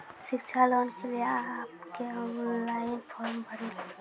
शिक्षा लोन के लिए आप के ऑनलाइन फॉर्म भरी ले?